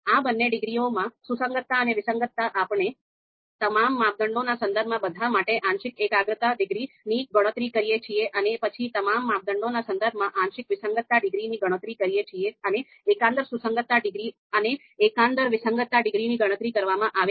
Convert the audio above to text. આ બંને ડિગ્રીઓમાં સુસંગતતા અને વિસંગતતા આપણે તમામ માપદંડોના સંદર્ભમાં બધા માટે આંશિક એકાગ્રતા ડિગ્રીની ગણતરી કરીએ છીએ અને પછી તમામ માપદંડોના સંદર્ભમાં આંશિક વિસંગતતા ડિગ્રીની ગણતરી કરીએ છીએ અને એકંદર સુસંગતતા ડિગ્રી અને એકંદર વિસંગતતા ડિગ્રીની ગણતરી કરવામાં આવે છે